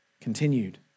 Continued